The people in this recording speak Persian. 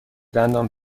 دندان